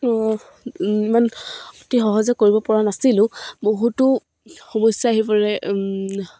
ইমান অতি সহজে কৰিব পৰা নাছিলোঁ বহুতো সমস্যা আহি পৰে